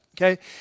okay